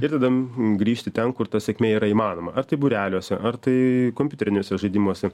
ir tada grįžti ten kur ta sėkmė yra įmanoma ar tai būreliuose ar tai kompiuteriniuose žaidimuose